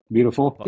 Beautiful